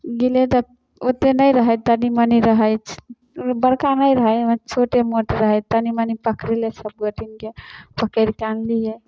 गेलियै तऽ ओत्ते नहि रहै तनी मनी रहै बड़का नहि रहै ओहिमे छोटे मोट रहय तनी मनी पकड़ेलै सब गोटेके पकड़िके आनलीयै